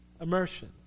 immersion